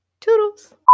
Toodles